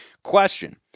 Question